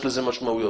יש לזה משמעויות.